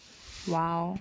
!wow!